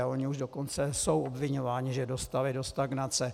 Oni už dokonce jsou obviňováni, že dostali do stagnace.